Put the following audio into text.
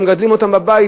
הם מגדלים אותם בבית.